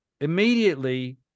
immediately